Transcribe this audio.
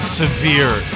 severe